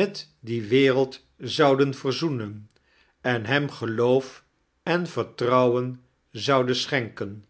met die weield zouden verzoeaen en hem geloof en vertrouwen zouden schenken